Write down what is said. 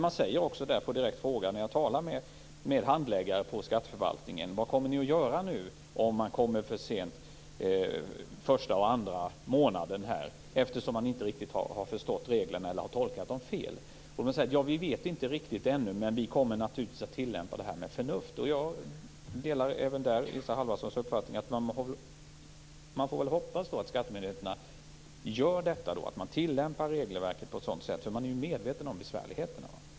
Handläggare på skatteförvaltningen säger på direkt fråga om vad man kommer att göra, om företagare kommer för sent den första eller andra månaden på grund av att de kanske inte riktigt har förstått reglerna eller har tolkat dem fel: Vi vet inte riktigt ännu, men vi kommer naturligtvis att tillämpa det här med förnuft. Jag delar även där Isa Halvarssons uppfattning. Man får väl hoppas att skattemyndigheterna tillämpar regelverket på ett sätt som visar att de är medvetna om besvärligheterna.